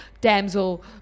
damsel